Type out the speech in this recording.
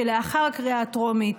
לאחר קריאה טרומית